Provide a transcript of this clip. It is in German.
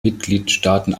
mitgliedstaaten